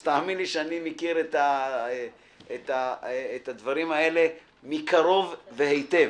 אז תאמין לי שאני מכיר את הדברים האלה מקרוב והיטב.